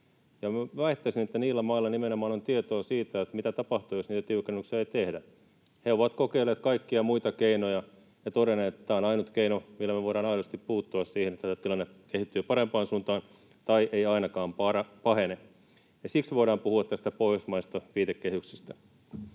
Väittäisin, että niillä mailla nimenomaan on tietoa siitä, mitä tapahtuu, jos niitä tiukennuksia ei tehdä. He ovat kokeilleet kaikkia muita keinoja ja todenneet, että tämä on ainut keino, millä me voidaan aidosti puuttua siihen, että tämä tilanne kehittyy parempaan suuntaan tai ei ainakaan pahene. Siksi voidaan puhua tästä pohjoismaisesta viitekehyksestä.